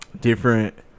Different